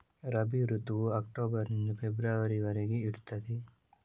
ರಬಿ ಋತುವು ಅಕ್ಟೋಬರ್ ನಿಂದ ಫೆಬ್ರವರಿ ವರೆಗೆ ಇರ್ತದೆ